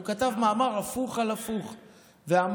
הוא כתב מאמר הפוך על הפוך ואמר: